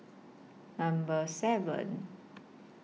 Number seven